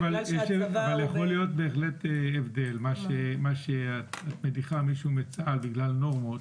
אבל בהחלט יכול להיות הבדל את מדיחה מישהו מצה"ל בגלל נורמות,